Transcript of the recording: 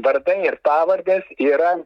vardai ir pavardės yra